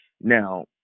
Now